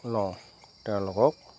লওঁ তেওঁলোকক